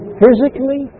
physically